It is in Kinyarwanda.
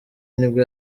nibwo